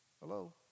Hello